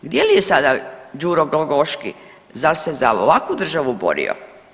Gdje li je sada Đuro Glogoški, zar se za ovakvu državu borio?